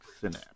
synapse